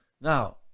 Now